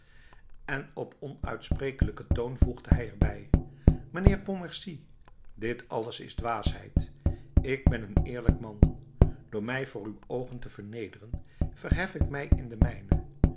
en op onuitsprekelijken toon voegde hij er bij mijnheer pontmercy dit alles is dwaasheid ik ben een eerlijk man door mij voor uw oogen te vernederen verhef ik mij in de mijne